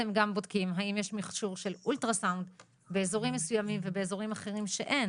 האם יש מכשור של אולטרסאונד באזורים מסוימים ויש אזורים אחרים שאין